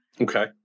Okay